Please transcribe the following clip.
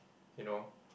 you know